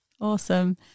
awesome